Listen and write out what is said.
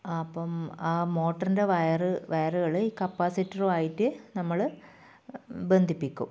അപ്പം ആ മോട്ടറിൻ്റെ വയർ വയറുകൾ ഈ കപ്പാസിറ്ററുവായിട്ട് നമ്മൾ ബന്ധിപ്പിക്കും